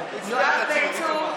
(קוראת בשמות חברי הכנסת) יואב בן צור,